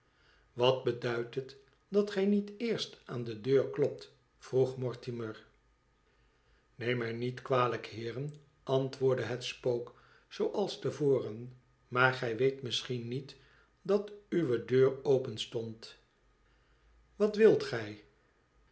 wat beduidt het dat gij niet eerst aan de deur klopt vroeg mortimer neemt mij niet kwalijk heeren antwoordde het spook zooalste voren tmaar gij weet misschien niet dat uwe deur openstond twat wilt gij